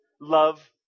love